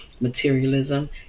materialism